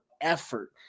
effort